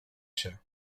się